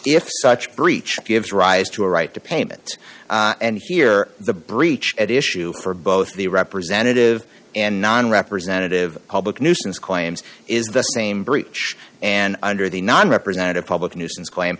if such breach gives rise to a right to payment and here the breach at issue for both the representative and non representative public nuisance claims is the same breach and under the non representative public nuisance claim